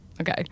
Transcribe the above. okay